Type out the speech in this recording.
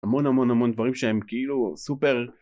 המון המון המון דברים שהם כאילו סופר